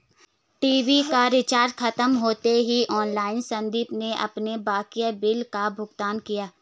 TV का recharge खत्म होते ही ऑनलाइन संदीप ने अपने बकाया बिलों का भुगतान किया